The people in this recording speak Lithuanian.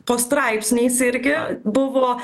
po straipsniais irgi buvo